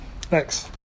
Thanks